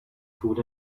food